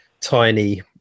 tiny